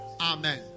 amen